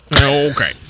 okay